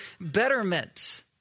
betterment